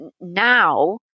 Now